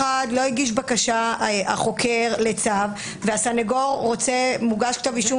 אחד לא הגיש בקשה החוקר לצו והסנגור מוגש כתב אישום